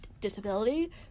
disability